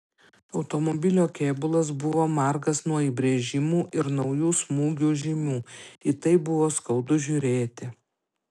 automobilio kėbulas buvo margas nuo įbrėžimų ir naujų smūgių žymių į tai buvo skaudu žiūrėti